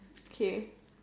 okay